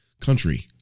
country